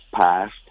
passed